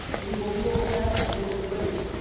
we will deal with that a little bit later.